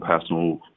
personal